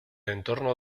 entorno